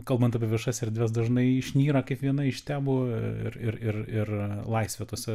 kalbant apie viešas erdves dažnai išnyra kaip viena iš temų ir ir ir laisvę tose